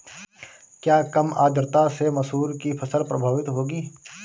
क्या कम आर्द्रता से मसूर की फसल प्रभावित होगी?